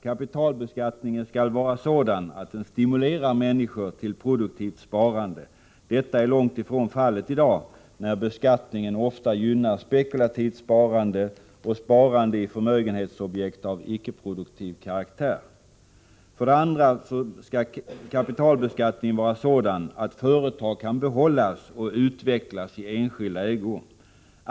Kapitalbeskattningen skall vara sådan att den stimulerar människor till produktivt sparande. Detta är långt ifrån fallet i dag, när beskattningen ofta gynnar spekulativt sparande och sparande i förmögenhetsobjekt av ickeproduktiv karaktär. 2. Kapitalbeskattningen skall vara sådan att företag kan behållas och utvecklas i enskild ägo.